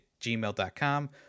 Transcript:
gmail.com